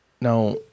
Now